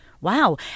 wow